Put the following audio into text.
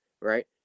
Right